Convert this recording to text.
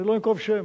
אני לא אנקוב בשם,